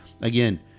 Again